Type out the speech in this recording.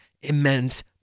immense